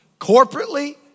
corporately